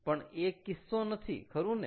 પણ એ કિસ્સો નથી ખરું ને